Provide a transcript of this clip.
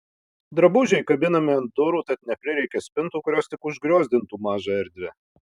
drabužiai kabinami ant durų tad neprireikia spintų kurios tik užgriozdintų mažą erdvę